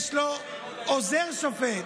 יש לו עוזר שופט,